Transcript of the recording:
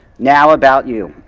now, about you.